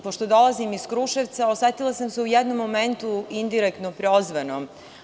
Pošto dolazim iz Kruševca, osetila sam se u jednom momentu indirektno prozvanom.